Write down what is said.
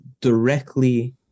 directly